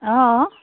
অঁ